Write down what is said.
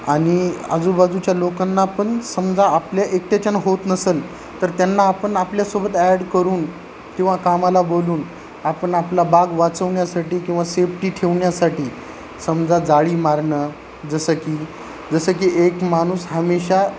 आणि आजूबाजूच्या लोकांना पण समजा आपल्या एकट्याच्याने होत नसेल तर त्यांना आपण आपल्यासोबत ॲड करून किंवा कामाला बोलून आपण आपला बाग वाचवण्यासाठी किंवा सेफ्टी ठेवण्यासाठी समजा जाळी मारणं जसं की जसं की एक माणूस हमेशा